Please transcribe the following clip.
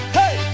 hey